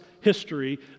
history